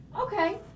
Okay